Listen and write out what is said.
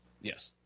Yes